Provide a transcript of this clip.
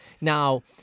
Now